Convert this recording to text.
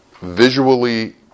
visually